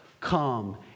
Come